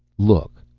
look.